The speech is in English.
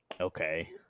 okay